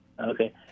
okay